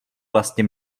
vlastně